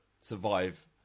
survive